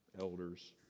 elders